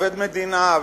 אלא גם עובד מדינה ונבחר,